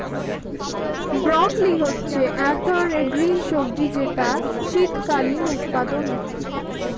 broccoli হচ্ছে এক ধরনের গ্রিন সবজি যেটার শীতকালীন উৎপাদন হয়ে